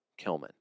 Kilman